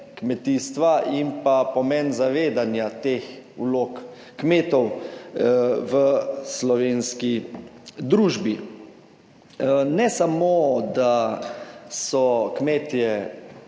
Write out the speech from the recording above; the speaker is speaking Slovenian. kmetijstva in pa pomen zavedanja teh vlog kmetov v slovenski družbi. Ne samo, da so kmetje